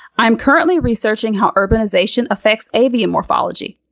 i'm currently researching how urbanization affects avian morphology.